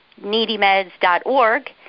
needymeds.org